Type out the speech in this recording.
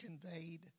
conveyed